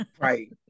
right